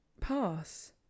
Pass